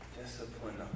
discipline